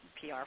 PR